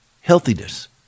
Healthiness